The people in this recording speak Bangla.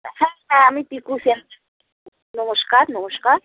হ্যাঁ হ্যাঁ আমি পিকু সেন নমস্কার নমস্কার